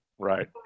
Right